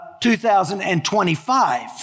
2025